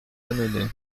annonay